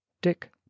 dick